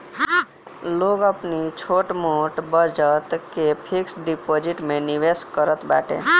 लोग अपनी छोट मोट बचत के फिक्स डिपाजिट में निवेश करत बाटे